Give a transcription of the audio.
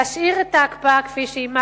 תשאיר את ההקפאה כפי שהיא,